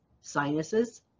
sinuses